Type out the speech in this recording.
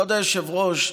כבוד היושב-ראש,